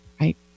right